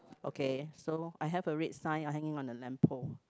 okay so I have a red sign hanging on the lamp pole